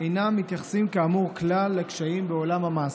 אינם מתייחסים כלל לקשיים בעולם המעשה.